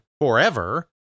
forever